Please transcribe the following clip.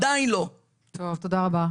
תודה רבה.